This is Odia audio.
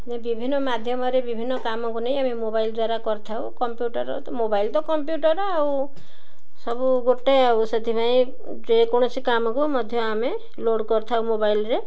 ବିଭିନ୍ନ ମାଧ୍ୟମରେ ବିଭିନ୍ନ କାମକୁ ନେଇ ଆମେ ମୋବାଇଲ ଦ୍ୱାରା କରିଥାଉ କମ୍ପ୍ୟୁଟର୍ ମୋବାଇଲ ତ କମ୍ପ୍ୟୁଟର୍ ଆଉ ସବୁ ଗୋଟେ ଆଉ ସେଥିପାଇଁ ଯେକୌଣସି କାମକୁ ମଧ୍ୟ ଆମେ ଲୋଡ଼୍ କରିଥାଉ ମୋବାଇଲରେ